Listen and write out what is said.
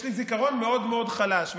יש לי זיכרון מאוד מאוד חלש,